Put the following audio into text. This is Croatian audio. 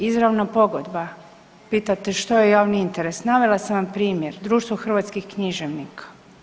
Izravna pogodba, pitate što je javni interes, navela sam vam primjer, Društvo hrvatskih književnika.